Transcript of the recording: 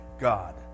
God